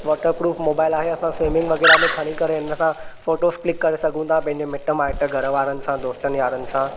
waterproof mobile आहे असां swimming वग़ैरह मे खणी करे हिन सां फोटोस क्लिक करे सघूं था पंहिंजे मिटु माइटु घरु वारनि सां दोस्तनि यारनि सां